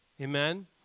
Amen